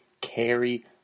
carry